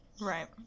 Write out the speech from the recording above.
Right